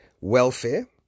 welfare